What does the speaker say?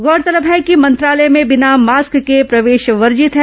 गौरतलब है कि मंत्रालय में बिना मास्क के प्रवेश वर्जित है